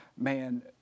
man